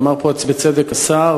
ואמר פה בצדק השר,